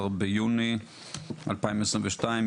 13 ביוני 2022,